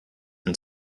and